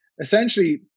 essentially